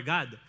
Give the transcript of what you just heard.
God